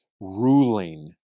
ruling